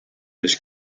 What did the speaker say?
this